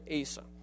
Asa